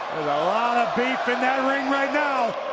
lot of beef in that ring right now.